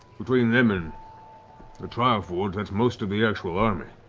between them and the trial forge, that's most of the actual army.